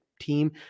team